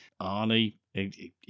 Arnie